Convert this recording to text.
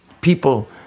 people